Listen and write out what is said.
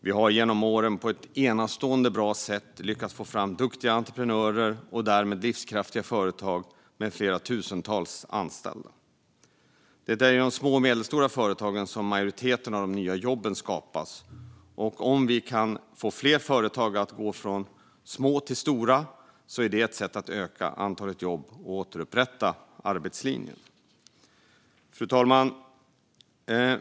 Vi har genom åren på ett enastående sätt lyckats få fram duktiga entreprenörer och därmed livskraftiga företag med flera tusen anställda. Det är i små och medelstora företag som majoriteten av de nya jobben skapas, och om vi kan få fler företag att gå från små till stora är det ett sätt att öka antalet jobb och återupprätta arbetslinjen. Fru talman!